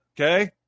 okay